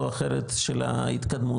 או אחרת של ההתקדמות,